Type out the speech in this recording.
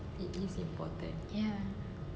ya